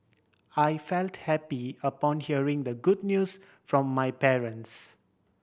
I felt happy upon hearing the good news from my parents